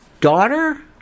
daughter